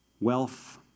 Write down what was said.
wealth